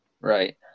right